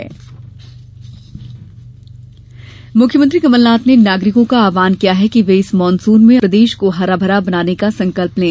मुख्यमंत्री आव्हान मुख्यमंत्री कमलनाथ ने नागरिकों का आव्हान किया है कि वे इस मानसून में प्रदेश को हरा भरा बनाने का संकल्प लें